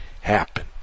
Happen